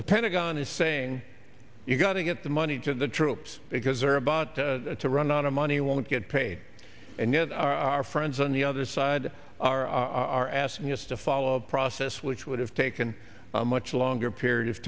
the pentagon is saying you've got to get the money to the troops because they're about to run out of money won't get paid and yet our our friends on the other side are are asking us to follow a process which would have taken a much longer period of